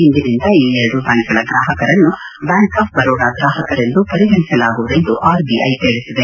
ಇಂದಿನಿಂದ ಈ ಎರಡು ಬ್ಯಾಂಕ್ಗಳ ಗ್ರಾಹಕರನ್ನು ಬ್ಲಾಂಕ್ ಆಫ್ ಬರೋಡಾ ಗ್ರಾಹಕರೆಂದು ಪರಿಗಣಿಸಲಾಗುವುದೆಂದು ಆರ್ಬಿಐ ತಿಳಿಸಿದೆ